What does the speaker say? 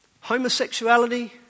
Homosexuality